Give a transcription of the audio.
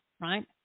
right